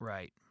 Right